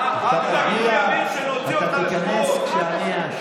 אדוני היושב-ראש, חבריי חברי